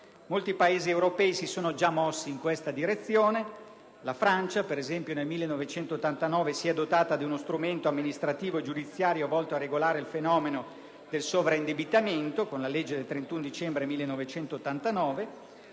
Molti Paesi europei si sono già mossi in questa direzione: la Francia, per esempio, nel 1989 si è dotata di uno strumento amministrativo e giudiziario volto a regolare il fenomeno del sovraindebitamento (con legge del 31 dicembre 1989);